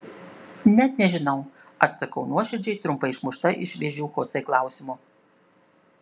net nežinau atsakau nuoširdžiai trumpai išmušta iš vėžių chosė klausimo